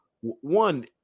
one